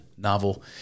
novel